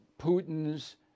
Putin's